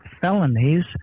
felonies